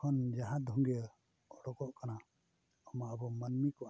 ᱠᱷᱚᱱ ᱡᱟᱦᱟᱸ ᱫᱷᱩᱸᱜᱤᱭᱟᱹ ᱩᱰᱩᱠᱚᱜ ᱠᱟᱱᱟ ᱟᱵᱚ ᱢᱟᱹᱱᱢᱤ ᱠᱚᱣᱟᱜ ᱫᱚ